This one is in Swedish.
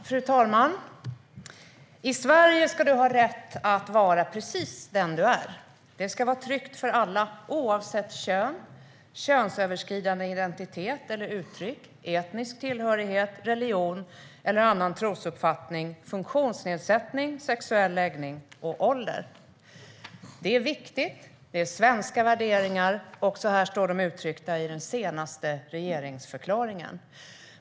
Fru talman! "I Sverige ska du ha rätt att vara precis den du är. Det ska vara tryggt för alla, oavsett kön, könsöverskridande identitet eller uttryck, etnisk tillhörighet, religion eller annan trosuppfattning, funktionsnedsättning, sexuell läggning och ålder." Det är viktigt. Det är svenska värderingar, och så här står de uttryckta i den senaste regeringsförklaringen.